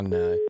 no